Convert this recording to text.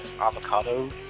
Avocado